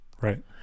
Right